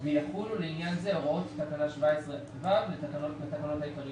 ויחולו לעניין זה הוראות תקנה 17(ו) לתקנות העיקריות.